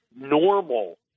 normal